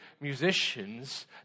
musicians